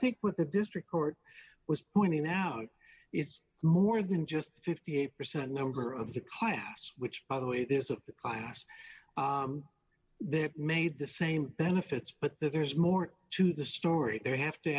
think what the district court was pointing out is more than just the fifty eight percent number of the class which by the way there's a class that made the same benefits but there's more to the story they have to